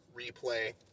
replay